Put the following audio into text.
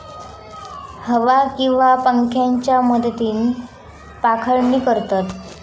हवा किंवा पंख्याच्या मदतीन पाखडणी करतत